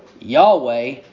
Yahweh